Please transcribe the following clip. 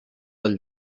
del